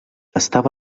estava